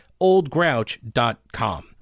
oldgrouch.com